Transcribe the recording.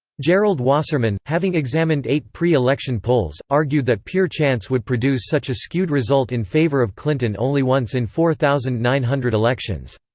gerald wasserman, having examined eight pre-election polls, argued that pure chance would produce such a skewed result in favor of clinton only once in four thousand nine hundred elections.